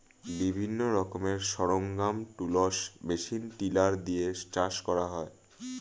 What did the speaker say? বিভিন্ন রকমের সরঞ্জাম, টুলস, মেশিন টিলার দিয়ে চাষ করা হয়